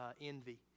envy